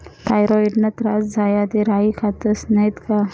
थॉयरॉईडना त्रास झाया ते राई खातस नैत का